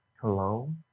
Hello